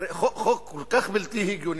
הרי חוק כל כך בלתי הגיוני,